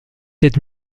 être